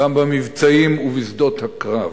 גם במבצעים ובשדות הקרב.